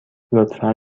لطفا